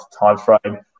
timeframe